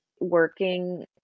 working